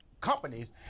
companies